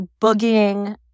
boogieing